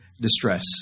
distress